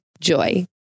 Joy